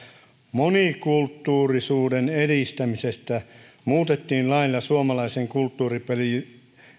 monikulttuurisuuden edistämisestä muutettiin lailla suomalaisen kulttuuriperinnön